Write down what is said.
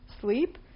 sleep